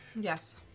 yes